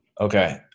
Okay